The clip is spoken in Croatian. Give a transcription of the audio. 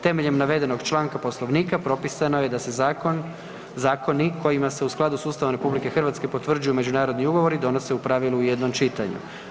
Temeljem navedenog članka Poslovnika propisano je da se zakon, zakoni kojima se u skladu s Ustavom RH potvrđuju međunarodni ugovori donose u pravili u jednom čitanju.